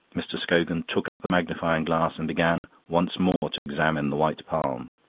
mr. scogan took up the magnifying-glass and began once more to examine the white palm.